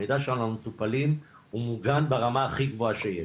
המידע שלנו על המטופלים הוא גם ברמה הכי גבוהה שיש,